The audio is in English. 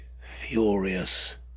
furious